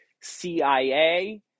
CIA